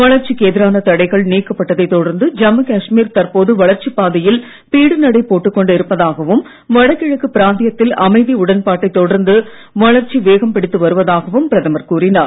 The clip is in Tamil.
வளர்ச்சிக்கு எதிரான தடைகள் நீக்கப்பட்டதைத் தொடர்ந்து ஜம்மு காஷ்மீர் தற்போது வளர்ச்சிப் பாதையில் பீடு நடை போட்டுக் கொண்டு இருப்பதாகவும் வடகிழக்கு பிராந்தியத்தில் அமைதி உடன்பாட்டைத் தொடர்ந்து வளர்ச்சி வேகம் பிடித்து வருவதாகவும் பிரதமர் கூறினார்